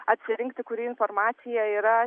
atsirinkti kuri informacija yra